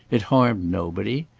it harmed nobody.